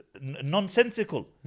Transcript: nonsensical